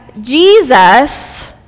Jesus